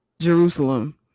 Jerusalem